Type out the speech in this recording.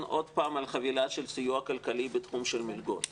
עוד פעם על חבילה של סיוע כלכלי בתחום של מלגות.